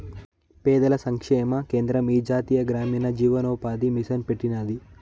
పేదల సంక్షేమ కేంద్రం ఈ జాతీయ గ్రామీణ జీవనోపాది మిసన్ పెట్టినాది